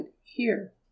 here